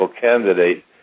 candidate